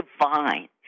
divine